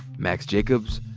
max jacobs,